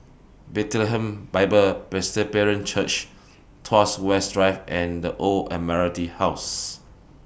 Bethlehem Bible Presbyterian Church Tuas West Drive and The Old Admiralty House